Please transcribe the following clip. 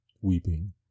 weeping